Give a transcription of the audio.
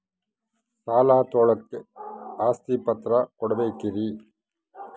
ಸಾಲ ತೋಳಕ್ಕೆ ಆಸ್ತಿ ಪತ್ರ ಕೊಡಬೇಕರಿ?